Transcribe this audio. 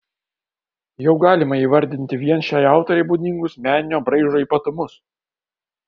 jau galima įvardyti vien šiai autorei būdingus meninio braižo ypatumus